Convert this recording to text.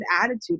attitude